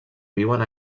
viuen